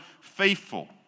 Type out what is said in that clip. faithful